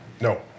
No